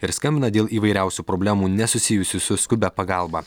ir skambina dėl įvairiausių problemų nesusijusių su skubia pagalba